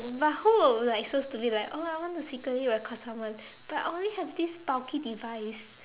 but who will like so stupid like oh I want to secretly record someone but I only have this bulky device